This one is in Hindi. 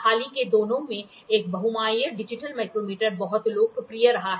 हाल के दिनों में एक बहुआयामी डिजिटल माइक्रोमीटर बहुत लोकप्रिय रहा है